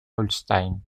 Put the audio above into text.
holstein